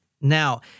Now